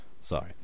sorry